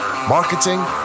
marketing